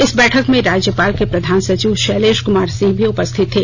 इस बैठक में राज्यपाल के प्रधान सचिव शैलेश कुमार सिंह भी उपस्थित थे